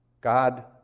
God